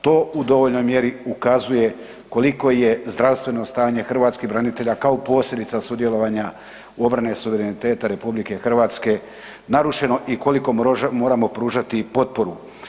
To u dovoljnoj mjeri ukazuje koliko je zdravstveno stanje hrvatskih branitelja kao posljedica sudjelovanja obrane suvereniteta RH narušeno i koliko moramo pružati potporu.